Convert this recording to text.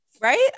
Right